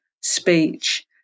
speech